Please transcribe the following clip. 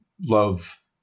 love